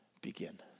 begin